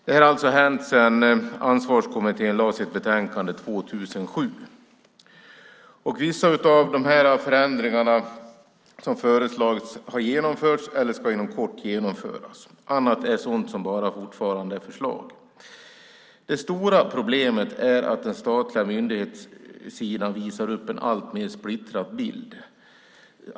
Det här har alltså hänt sedan Ansvarskommittén lade fram sitt betänkande 2007. Vissa av de förändringar som föreslagits har genomförts eller ska inom kort genomföras. Annat är sådant som fortfarande bara är förslag. Det stora problemet är att den statliga myndighetssidan visar upp en alltmer splittrad bild.